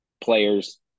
players